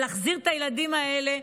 ולהחזיר את הילדים האלה,